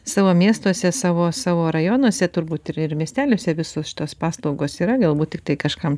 savo miestuose savo savo rajonuose turbūt ir ir miesteliuose visos šitos paslaugos yra galbūt tiktai kažkam